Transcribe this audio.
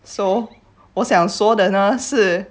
so 我想说的呢是